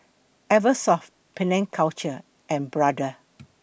Eversoft Penang Culture and Brother